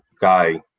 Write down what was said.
guy